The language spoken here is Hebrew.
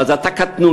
ואז אתה קטנוני.